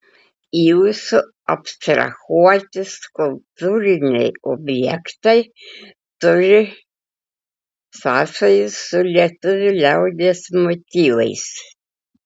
jūsų abstrahuoti skulptūriniai objektai turi sąsajų su lietuvių liaudies motyvais